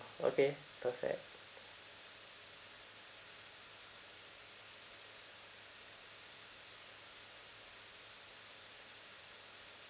okay perfect